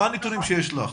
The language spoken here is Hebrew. מה הנתונים שיש לך?